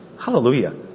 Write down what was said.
Hallelujah